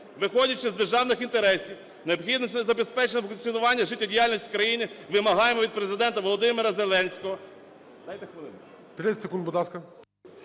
Виходячи з державних інтересів, необхідності забезпечення функціонування життєдіяльності країни, вимагаємо від Президента Володимира Зеленського…